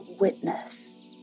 witness